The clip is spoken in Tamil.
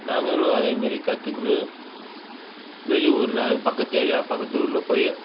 நாங்களும் அதேமாரி கற்றுக்குன்னு வெளியூரில் இது பக்கத்து ஏரியா பக்கத்து ஊரில் போய்